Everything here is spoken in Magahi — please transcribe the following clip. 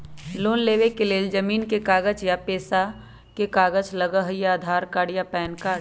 लोन लेवेके लेल जमीन के कागज या पेशा के कागज लगहई या आधार कार्ड या पेन कार्ड?